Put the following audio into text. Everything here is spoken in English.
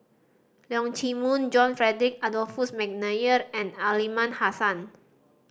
Leong Chee Mun John Frederick Adolphus McNair and Aliman Hassan